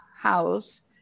house